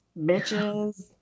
Bitches